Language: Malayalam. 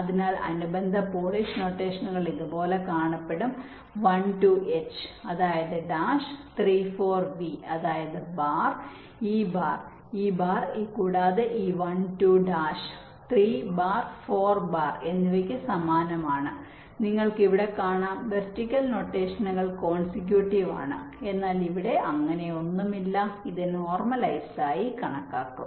അതിനാൽ അനുബന്ധ പോളിഷ് നൊട്ടേഷനുകൾ ഇതുപോലെ കാണപ്പെടും 1 2 H അതായത് ഡാഷ് 3 4 V അതായത് ബാർ ഈ ബാർ ഈ ബാർ ഇത് കൂടാതെ ഈ 1 2 ഡാഷ് 3 ബാർ 4 ബാർ എന്നിവയ്ക്ക് സമാനമാണ് നിങ്ങൾക്ക് ഇവിടെ കാണാം വെർട്ടിക്കൽ നോട്ടഷനുകൾ കോൺസെക്യൂട്ടീവ് ആണ് എന്നാൽ ഇവിടെ അങ്ങനെയൊന്നുമില്ല ഇത് നോർമലൈസ്ഡ് ആയി കണക്കാക്കും